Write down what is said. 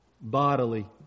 bodily